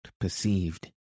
perceived